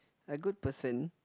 a good person